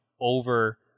over